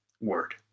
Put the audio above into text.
word